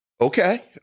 Okay